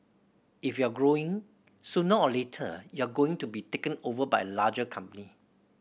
if you're growing sooner or later you are going to be taken over by a larger company